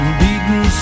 beaten